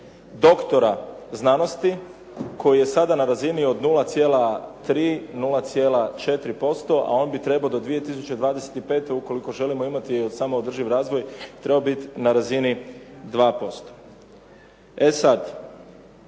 doktora znanosti koji je sada na razini od 0,3, 0,4% a on bi trebao do 2025. ukoliko želimo imati samoodrživi razvoj trebao biti na razini 2%.